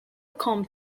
come